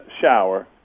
shower